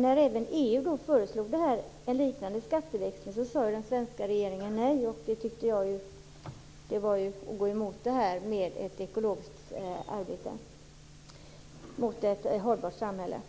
När även EU föreslog en liknande skatteväxling sade den svenska regeringen nej, vilket var att gå emot ett ekologiskt arbete för ett hållbart samhälle.